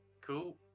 Cool